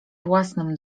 własnym